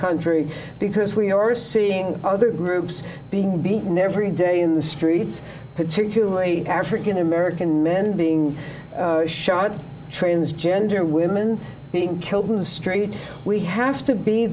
country because we are seeing other groups being beaten every day in the streets particularly african american men being transgender women being killed in the street we have to be